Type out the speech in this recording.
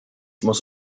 muss